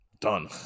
done